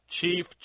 chief